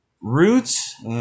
Roots